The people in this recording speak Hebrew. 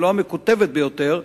אם לא המקוטבת ביותר,